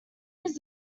his